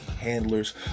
handlers